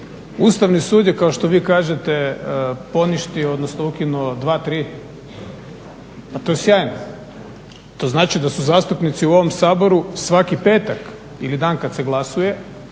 Ustavni sud je kao što vi kažete poništio odnosno ukinuo 2, 3. To je sjajno? To znači da su zastupnici u ovom Saboru svaki petak ili dan kada se glasuje